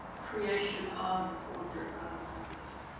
creation of the portrait by the artist.